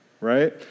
right